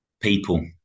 People